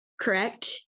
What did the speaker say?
correct